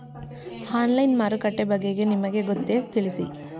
Online ಮಾರುಕಟ್ಟೆ ಬಗೆಗೆ ನಿಮಗೆ ಗೊತ್ತೇ? ತಿಳಿಸಿ?